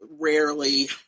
rarely